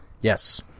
Yes